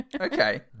Okay